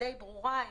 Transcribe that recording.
די ברורה.